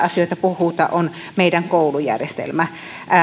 puhuta on meidän koulujärjestelmämme